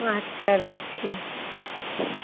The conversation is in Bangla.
আচ্ছা রাখছি